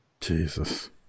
Jesus